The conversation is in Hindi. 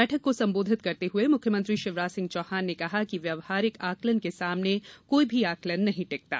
बैठक को संबोधित करते हुए मुख्यमंत्री शिवराजसिंह चौहान ने कहा कि व्यवहारिक आकलन के सामने कोई भी आकलन नहीं टिकता